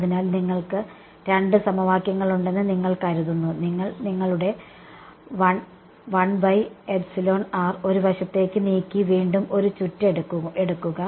അതിനാൽ നിങ്ങൾക്ക് രണ്ട് സമവാക്യങ്ങളുണ്ടെന്ന് നിങ്ങൾ കരുതുന്നു നിങ്ങൾ നിങ്ങളുടെ ഒരു വശത്തേക്ക് നീക്കി വീണ്ടും ഒരു ചുറ്റ് എടുക്കുക